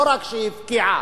לא רק שהיא הפקיעה